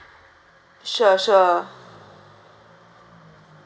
sure sure